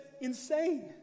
insane